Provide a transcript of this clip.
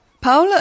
Paula